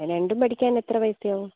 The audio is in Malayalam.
രണ്ടും പഠിക്കാൻ എത്ര പൈസയാവും